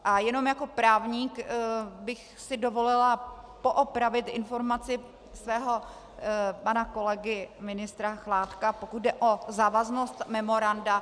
A jenom jako právník bych si dovolila poopravit informaci svého pana kolegy ministra Chládka, pokud jde o závaznost memoranda.